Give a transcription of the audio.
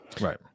right